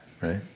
right